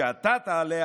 שכשאתה תעלה,